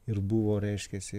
ir buvo reiškiasi